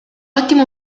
ottimo